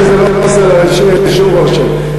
כי זה לא עושה עלי שום רושם.